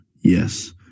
Yes